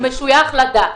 הוא משויך לדת.